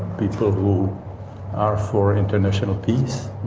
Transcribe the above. people who are for international peace.